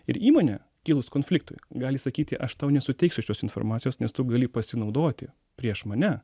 ir įmonė kilus konfliktui gali sakyti aš tau nesuteiksiu šios informacijos nes tu gali pasinaudoti prieš mane